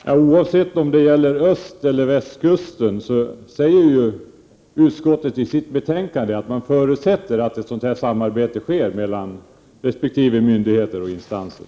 Herr talman! Oavsett om det gäller osteller västkusten säger utskottet i sitt betänkande att man förutsätter att ett sådant samarbete sker mellan resp. myndigheter och instanser.